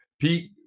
Pete